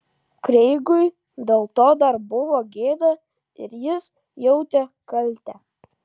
kreigui dėl to dar buvo gėda ir jis jautė kaltę